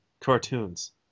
cartoons